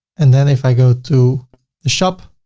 and then if i go to the shop,